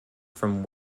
from